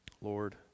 Lord